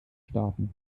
starten